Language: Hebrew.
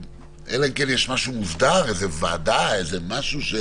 אלא אם כן יש משהו מוסדר, איזה ועדה, איזה משהו?